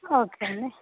okay అండి